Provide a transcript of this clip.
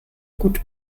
gut